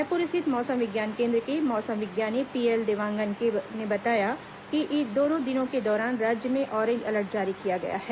रायपुर स्थित मौसम विज्ञान केन्द्र के मौसम विज्ञानी पीएल देवांगन के बताया कि इन दो दिनों के दौरान राज्य में ऑरेंज अलर्ट जारी किया गया है